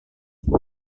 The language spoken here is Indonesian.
buku